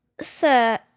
Sir